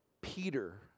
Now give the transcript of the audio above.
Peter